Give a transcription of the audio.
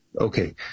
okay